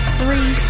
three